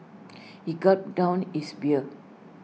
he gulped down his beer